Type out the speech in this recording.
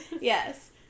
Yes